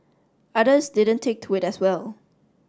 others didn't take to it as well